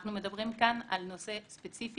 אנחנו מדברים כאן על נושא ספציפי,